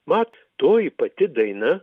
mat toji pati daina